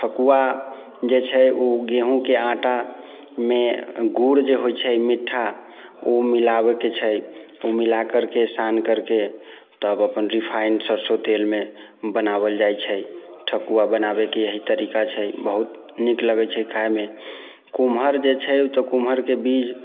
आ ठकुआ जे छै ओ गेहूँके आटामे गुड़ जे होइत छै मिठ्ठा ओ मिलाबैके छै ओ मिला करके सान करके तब अपन रिफाइण्ड सरसो तेलमे बनाओल जाइत छै ठकुआ बनाबेके इएह तरीका छै बहुत नीक लगैत छै खायमे कुम्हर जे छै तऽ कुम्हरके बीज